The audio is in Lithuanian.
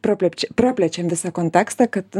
praplepčia praplečiam visą kontekstą kad